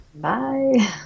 bye